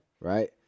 right